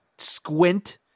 squint